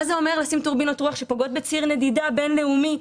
מה זה אומר לשים טורבינות רוח שפוגעות בציר נדידה בין-לאומי,